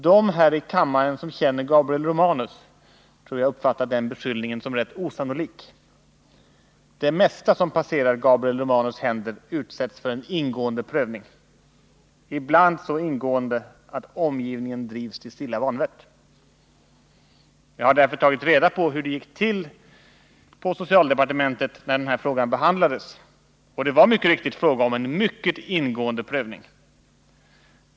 De här i kammaren som känner Gabriel Romanus tror jag uppfattar den beskyllningen som rätt osannolik. Det mesta som passerar Gabriel Romanus händer utsätts för en ingående prövning, ibland så ingående att omgivningen drivs till stilla vanvett. Jag har därför tagit reda på hur det gick till på socialdepartementet när den här frågan behandlades, och det var mycket riktigt fråga om en synnerligen ingående prövning.